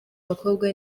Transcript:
abakobwa